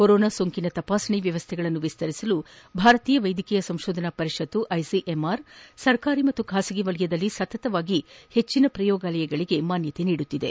corona ಸೋಂಕಿನ ತಪಾಸಣೆ ವ್ವವಸ್ಥೆಗಳನ್ನು ವಿಸ್ತರಿಸಲು ಭಾರತೀಯ ವೈದ್ಯಕೀಯ ಸಂಶೋಧನಾ ಮಂಡಳಿ ಐಸಿಎಂಆರ್ ಸರ್ಕಾರಿ ಮತ್ತು ಖಾಸಗಿ ವಲಯದಲ್ಲಿ ಸತತವಾಗಿ ಹೆಚ್ಚನ ಪ್ರಯೋಗಾಲಯಗಳಿಗೆ ಮಾನ್ನತೆ ನೀಡುತ್ತಿದೆ